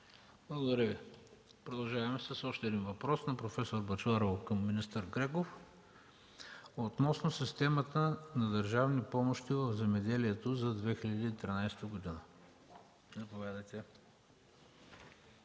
Благодаря Ви. Продължаваме с още един въпрос на проф. Бъчварова към министър Греков относно системата на държавни помощи в земеделието за 2013 г. Заповядайте.